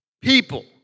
people